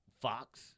Fox